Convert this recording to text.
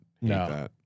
No